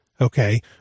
okay